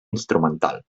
instrumental